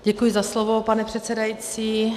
Děkuji za slovo, pane předsedající.